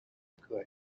craig